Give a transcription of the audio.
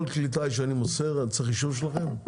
כלי טיס שאני מוסר אני צריך אישור שלכם?